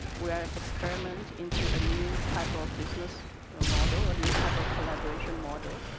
we're an experiment into a new type of business ah model a new type of collaboration model,